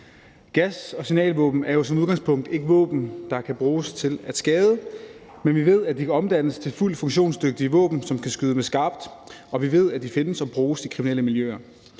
Gas- og signalvåben er jo som udgangspunkt ikke våben, der kan bruges til at skade med, men vi ved, at de kan omdannes til fuldt funktionsdygtige våben, som kan skyde med skarpt, og vi ved, at de findes og bruges i kriminelle miljøer.